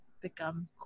become